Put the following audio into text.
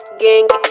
gang